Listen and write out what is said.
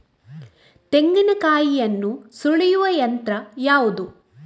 ತೆಂಗಿನಕಾಯಿಯನ್ನು ಸುಲಿಯುವ ಯಂತ್ರ ಯಾವುದು?